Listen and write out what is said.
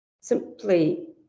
simply